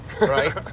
Right